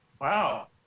wow